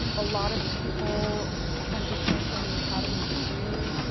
a lot of people transitioning from the academy do,